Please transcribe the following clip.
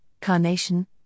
Carnation